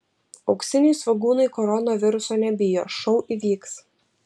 auksiniai svogūnai koronaviruso nebijo šou įvyks